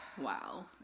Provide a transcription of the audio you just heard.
Wow